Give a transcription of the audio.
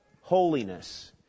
holiness